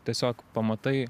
tiesiog pamatai